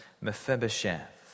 Mephibosheth